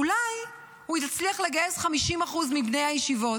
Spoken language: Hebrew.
אולי, הוא יצליח לגייס 50% מבני הישיבות,